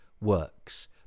works